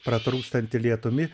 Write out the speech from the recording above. pratrūkstantį lietumi